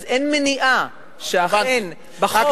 אז אין מניעה שאכן בחוק יהיה כתוב שיש שם מוזיאונים.